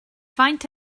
faint